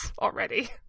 already